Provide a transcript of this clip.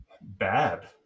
bad